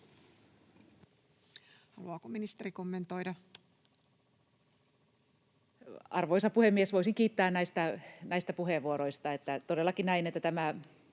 Arvoisa puhemies! Voisin kiittää näistä puheenvuoroista.